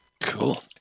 Cool